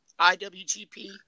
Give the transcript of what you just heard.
IWGP